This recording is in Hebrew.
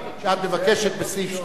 שאת מבקשת בסעיף 2,